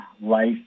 life